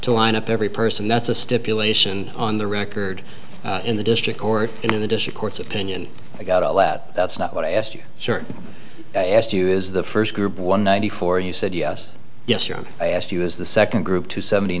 to line up every person that's a stipulation on the record in the district court in the district court's opinion i got all that that's not what i asked you sir asked you is the first group one ninety four you said yes yes yes i asked you as the second group to seventy